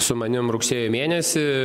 su manim rugsėjo mėnesį